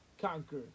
conquer